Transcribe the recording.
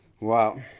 Wow